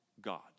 God